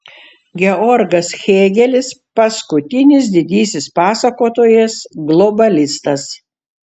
georgas hėgelis paskutinis didysis pasakotojas globalistas